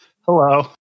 Hello